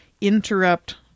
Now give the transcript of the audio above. interrupt